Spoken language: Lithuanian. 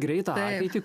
greitą ateitį